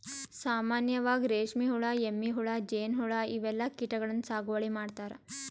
ಸಾಮಾನ್ಯವಾಗ್ ರೇಶ್ಮಿ ಹುಳಾ, ಎಮ್ಮಿ ಹುಳಾ, ಜೇನ್ಹುಳಾ ಇವೆಲ್ಲಾ ಕೀಟಗಳನ್ನ್ ಸಾಗುವಳಿ ಮಾಡ್ತಾರಾ